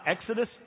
Exodus